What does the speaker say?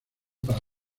para